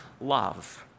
love